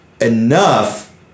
enough